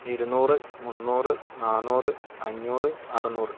ഇരുന്നൂറ് മുന്നൂറ് നാന്നൂറ് അഞ്ഞൂറ് അറുന്നൂറ്